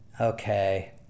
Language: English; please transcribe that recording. Okay